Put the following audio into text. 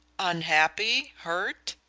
unhappy? hurt?